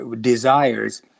desires